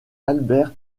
albert